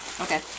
Okay